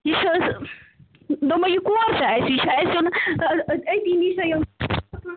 یہِ چھِ حظ دوٚپمَو یہِ کور چھُ اَسہِ یہِ چھُ اَسہِ یُن أتی نِشا